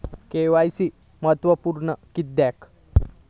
KYC महत्त्वपुर्ण किद्याक?